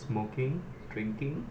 smoking drinking